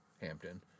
Hampton